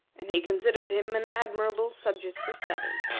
and he considered him an admirable subject for study.